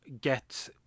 get